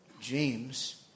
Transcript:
James